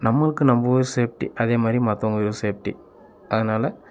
நம்மளுக்கு நம்ப உயிர் ஸேஃப்டி அதேமாதிரி மற்றவங்க உயிரும் ஸேஃப்டி அதனால